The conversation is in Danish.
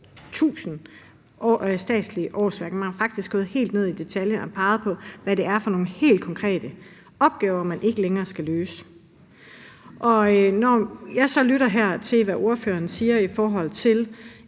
til 1.000 statslige årsværk. Man er faktisk gået helt ned i detaljer og har peget på, hvad det er for nogle helt konkrete opgaver, man ikke længere skal løse. Når jeg så her lytter til, hvad ordføreren siger, i forhold til